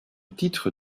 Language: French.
titre